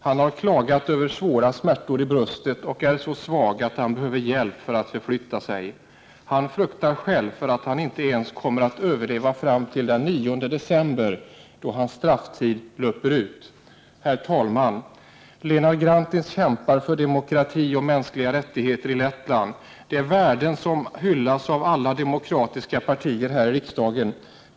Han har klagat över svåra smärtor i bröstet och är så svag att han behöver hjälp för att förflytta sig. Han fruktar själv att han inte ens kommer att överleva fram till den 9 december då hans strafftid löper ut. Herr talman! Linards Grantins kämpar för demokrati och mänskliga rättigheter i Lettland. Det är värden som hyllas av alla demokratiska partier häri riksdagen.